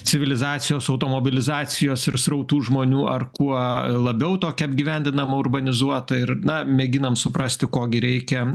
civilizacijos automobilizacijos ir srautų žmonių ar kuo labiau tokią apgyvendinamą urbanizuotą ir na mėginam suprasti ko gi reikia